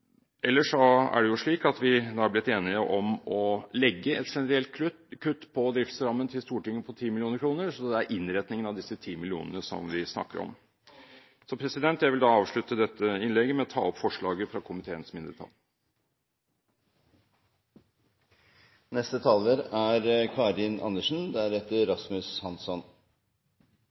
er det slik at vi er blitt enige om å legge et generelt kutt på driftsrammen til Stortinget på 10 mill. kr, så det er innretningen av disse 10 mill. kr vi snakker om. Jeg vil da avslutte dette innlegget med å ta opp forslaget fra komiteens